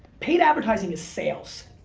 paid advertising is sales,